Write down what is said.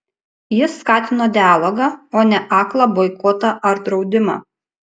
jis skatino dialogą o ne aklą boikotą ar draudimą